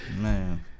Man